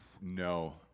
no